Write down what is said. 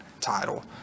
title